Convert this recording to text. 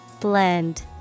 Blend